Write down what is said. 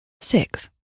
six